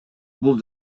бул